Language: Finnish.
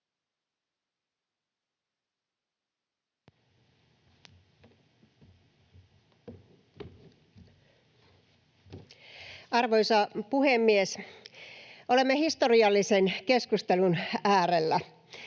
Arvoisa puhemies! Olemme historiallisen keskustelun äärellä,